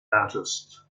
artists